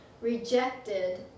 rejected